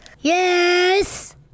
Yes